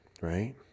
right